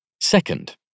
Second